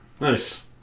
nice